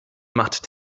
macht